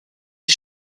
sie